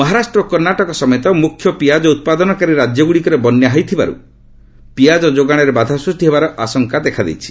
ମହାରାଷ୍ଟ୍ର ଓ କର୍ଷାଟକ ସମେତ ମୁଖ୍ୟ ପିଆଜ ଉତ୍ପାଦନକାରୀ ରାଜ୍ୟଗୁଡ଼ିକରେ ବନ୍ୟା ହୋଇଥିବାରୁ ପିଆଜ ଯୋଗାଣରେ ବାଧା ସୃଷ୍ଟି ହେବାର ଆଶଙ୍କା ଦେଖାଦେଇଛି